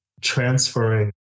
transferring